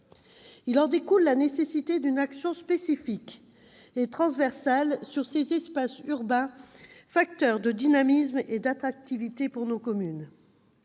En découle la nécessité d'une action spécifique et transversale sur ces espaces urbains, facteurs de dynamisme et d'attractivité pour nos communes.